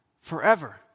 forever